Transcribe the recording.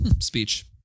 speech